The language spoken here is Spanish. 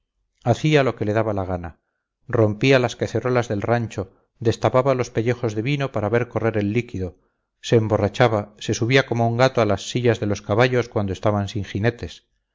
desvergüenza hacía lo que le daba la gana rompía las cacerolas del rancho destapaba los pellejos de vino para ver correr el líquido se emborrachaba se subía como un gato a las sillas de los caballos cuando estaban sin jinetes